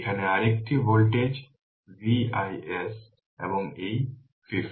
এখানে আরেকটি voltage Vis এবং এই 50